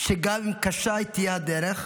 שגם אם קשה תהיה הדרך,